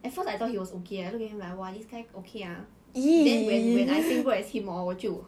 then he just like 不爽 then he stand up then he just zao like never even say sorry